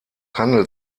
handelt